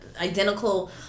identical